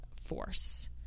force